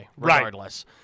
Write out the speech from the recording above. regardless